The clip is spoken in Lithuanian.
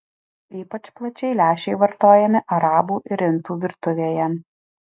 ypač plačiai lęšiai vartojami arabų ir indų virtuvėje